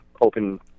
open